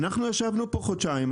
אנחנו ישבנו פה חודשיים,